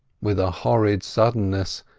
with a horrid suddenness,